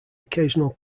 occasional